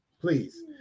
please